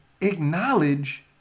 Acknowledge